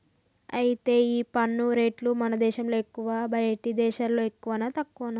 అయితే ఈ పన్ను రేట్లు మన దేశంలో ఎక్కువా బయటి దేశాల్లో ఎక్కువనా తక్కువనా